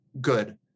good